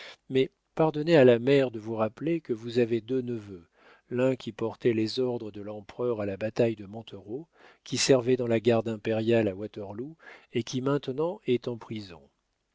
mais pardonnez à la mère de vous rappeler que vous avez deux neveux l'un qui portait les ordres de l'empereur à la bataille de montereau qui servait dans la garde impériale à waterloo et qui maintenant est en prison